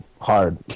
hard